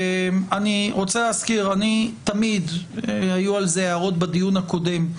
אני רוצה להזכיר, והיו על זה הערות בדיון הקודם,